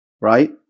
right